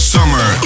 Summer